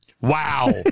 Wow